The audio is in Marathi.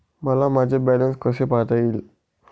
मला माझे बॅलन्स कसे पाहता येईल?